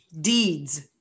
deeds